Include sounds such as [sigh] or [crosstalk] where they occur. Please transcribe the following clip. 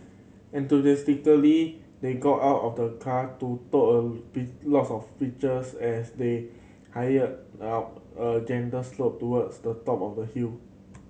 enthusiastically they got out of the car to took a [unintelligible] lots of pictures as they hiked up a gentle slope towards the top of the hill